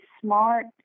smart